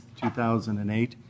2008